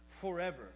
forever